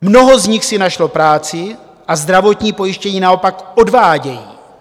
Mnoho z nich si našlo práci a zdravotní pojištění naopak odvádějí.